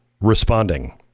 responding